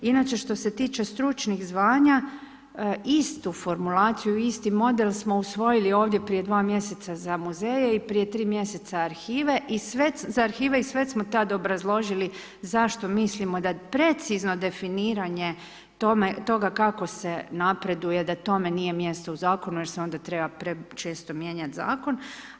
Inače što se tiče stručnih zvanja, istu formulaciju, isti model smo usvojili ovdje prije 2 mj. za muzeje i prije 3 mj. arhive i sve smo tad obrazložili zašto mislim da precizno definiranje toga kako se napreduje da tome nije mjesto u zakonu jer se onda treba prečesto mijenjat zakon.